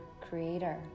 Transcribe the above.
creator